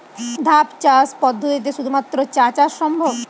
ধাপ চাষ পদ্ধতিতে শুধুমাত্র চা চাষ সম্ভব?